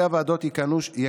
אני